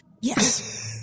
Yes